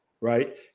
right